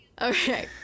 Okay